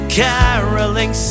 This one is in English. caroling